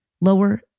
lower